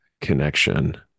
connection